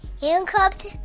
handcuffed